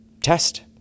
test